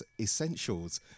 Essentials